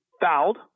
fouled